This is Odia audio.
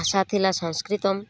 ଭାଷା ଥିଲା ସଂସ୍କୃତମ୍